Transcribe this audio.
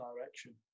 direction